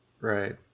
Right